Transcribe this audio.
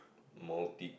multi